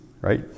Right